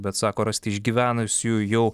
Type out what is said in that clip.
bet sako rasti išgyvenusiųjų jau